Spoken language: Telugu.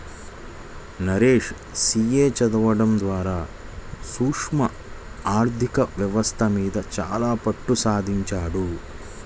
నరేష్ సీ.ఏ చదవడం ద్వారా సూక్ష్మ ఆర్ధిక వ్యవస్థ మీద చాలా పట్టుసంపాదించాడు